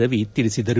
ರವಿ ತಿಳಿಸಿದರು